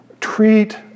Treat